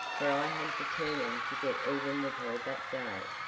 for i had determined to get even with her that day,